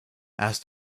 asked